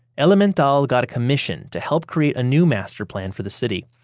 elemental got a commission to help create a new master plan for the city,